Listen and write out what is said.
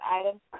items